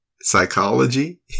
psychology